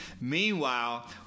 Meanwhile